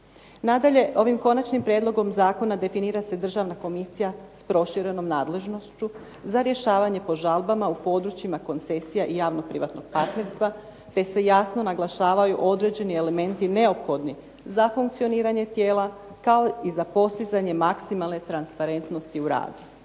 Nadalje, ovim Konačnim prijedlogom zakona definira se Državna komisija sa proširenom nadležnošću za rješavanje po žalbama u područjima koncesija i javno privatnom partnerstva te se jasno naglašavaju određeni elementi neophodni za funkcioniranje tijela kao i za postizanje maksimalne transparentnosti u radu.